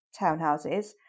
townhouses